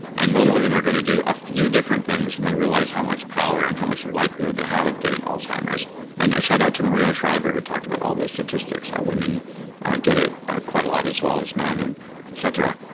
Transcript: and most of them are gonna do a few different things when they realize how much power, and how much likelihood they have of getting alzheimer's and a shout out to maria shriver who talked about all those statistics, how women get it quite a lot as well as men, and et cetera.